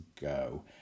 Go